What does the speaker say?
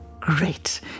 great